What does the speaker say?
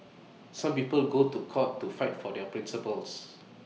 some people go to court to fight for their principles